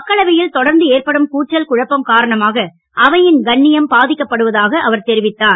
மக்களவையில் தொடர்ந்து ஏற்படும் கூச்சல் குழப்பம் காரணமாக அவையின் கண்ணியம் பாதிக்கப்படுவதாக அவர் தெரிவித்தார்